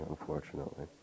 unfortunately